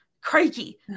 crikey